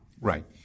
Right